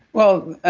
well, ah